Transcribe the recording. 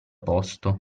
posto